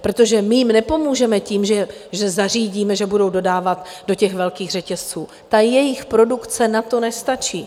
Protože my jim nepomůžeme tím, že zařídíme, že budou dodávat do velkých řetězců, jejich produkce na to nestačí.